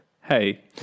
Hey